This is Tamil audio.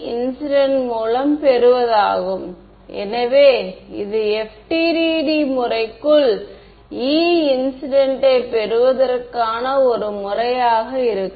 இது ஒரு வழக்கமாக கர்ளை நாம் எழுதுவதை போன்றதாகும்